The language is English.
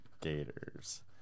gators